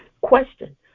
Question